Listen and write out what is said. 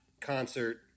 concert